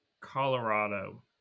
Colorado